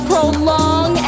Prolong